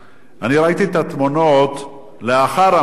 אני ראיתי את התמונות לאחר המעצר: